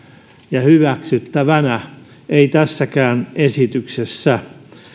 ja hyväksyttävänä ei tässäkään esityksessä